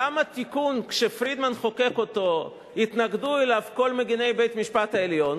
למה תיקון שכשפרידמן חוקק אותו התנגדו לו כל מגיני בית-המשפט העליון,